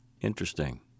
Interesting